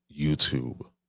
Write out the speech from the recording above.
youtube